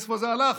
הכסף הזה הלך.